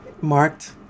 marked